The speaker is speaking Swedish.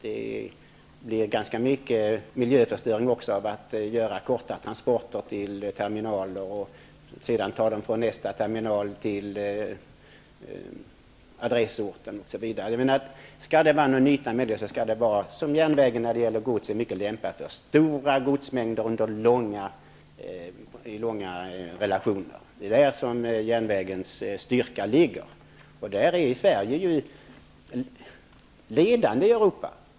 Det är även ganska miljöförstörande att göra korta transporter till terminaler och därefter till adressorten. Om man skall transportera på järnväg skall det vara fråga om stora godsmängder och långa avstånd. Det är detta som är järnvägens styrka. Sverige är ledande i Europa när det gäller järnvägstransporter.